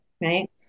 right